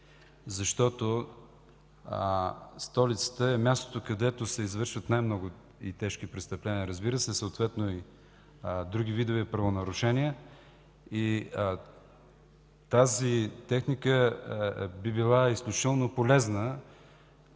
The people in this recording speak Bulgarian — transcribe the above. Защото столицата е мястото, където се извършват най-много и тежки престъпления, разбира се, съответно и други видове правонарушения. Тази техника би била изключително полезна,